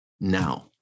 now